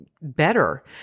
better